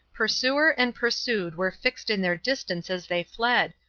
pursuer and pursued were fixed in their distance as they fled,